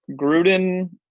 Gruden